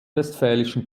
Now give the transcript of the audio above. westfälischen